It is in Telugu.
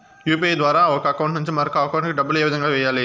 యు.పి.ఐ ద్వారా ఒక అకౌంట్ నుంచి మరొక అకౌంట్ కి డబ్బులు ఏ విధంగా వెయ్యాలి